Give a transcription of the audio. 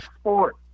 sport